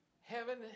Heaven